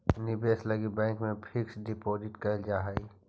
निवेश लगी बैंक में फिक्स डिपाजिट कैल जा हई